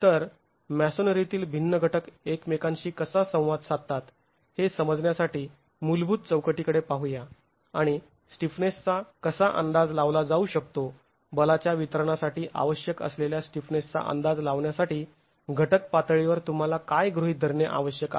तर मॅसोनरीतील भिन्न घटक एकमेकांशी कसा संवाद साधतात हे समजण्यासाठी मूलभूत चौकटीकडे पाहूया आणि स्टीफनेसचा कसा अंदाज लावला जाऊ शकतो बलाच्या वितरणासाठी आवश्यक असलेल्या स्टीफनेसचा अंदाज लावण्यासाठी घटक पातळीवर तुम्हाला काय गृहीत धरणे आवश्यक आहे